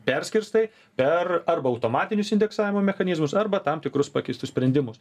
perskirstai per arba automatinius indeksavimo mechanizmus arba tam tikrus pakeistus sprendimus